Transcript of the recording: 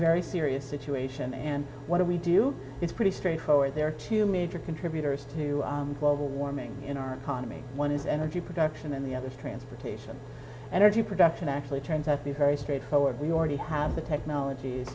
very serious situation and what do we do it's pretty straightforward there are two major contributors to global warming in our economy one is energy production and the other transportation energy production actually turns out to be very straightforward we already have the technolog